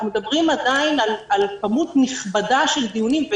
אנחנו מדברים עדיין על כמות נכבדה של דיונים.